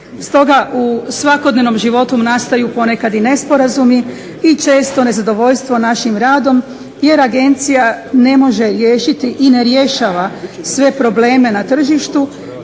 Stoga u svakodnevnom životu nastaju ponekad i nesporazumi i često nezadovoljstvo našim radom jer agencija ne može riješiti i ne rješava sve probleme na tržištu